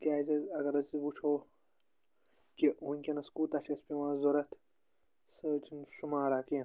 تِکیٛازِ حظ اگر أسۍ وُچھو کہِ وُنٛکیٚس کوٗتاہ چھُ اسہِ پیٚوان ضروٗرت سُہ حظ چھُنہٕ شُمارا کیٚنٛہہ